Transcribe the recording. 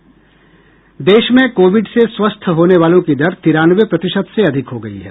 देश में कोविड से स्वस्थ होने वालों की दर तिरानवे प्रतिशत से अधिक हो गई है